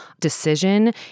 decision